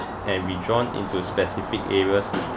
and withdrawn into specific areas